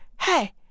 Hey